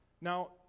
Now